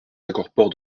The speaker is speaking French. incorpore